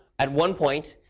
at one point,